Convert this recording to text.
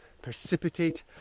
precipitate